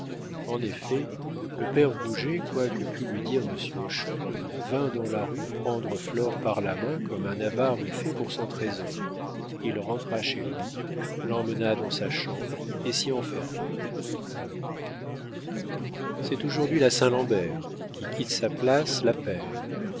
en effet le père rouget quoi que pût lui dire monsieur hochon vint dans la rue prendre flore par la main comme un avare eût fait pour son trésor il rentra chez lui l'emmena dans sa chambre et s'y enferma c'est aujourd'hui la saint lambert qui quitte sa place la